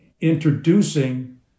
introducing